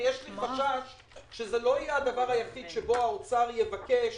כי יש לי חשש שזה לא יהיה הדבר היחיד שבו האוצר יבקש